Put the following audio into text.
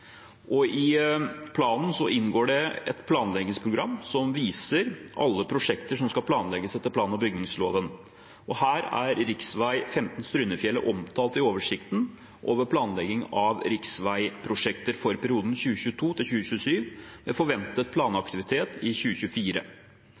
I planen inngår det et planleggingsprogram som viser alle prosjekter som skal planlegges etter plan- og bygningsloven. Her er rv. 15 Strynefjellet omtalt i oversikten over planlegging av riksveiprosjekter for perioden